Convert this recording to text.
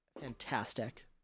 Fantastic